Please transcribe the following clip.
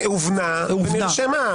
גלעד,